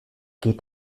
geht